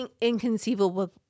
inconceivable